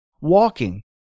walking